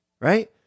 right